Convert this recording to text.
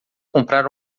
comprar